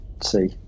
see